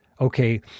Okay